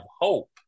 hope